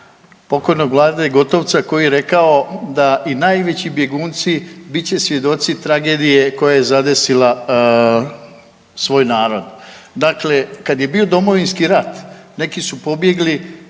pokojnog Vlade Gotovca koji je rekao da i najveći bjegunci bit će svjedoci tragedije koja je zadesila svoj narod. Dakle, kad je bio Domovinski rat neki su pobjegli,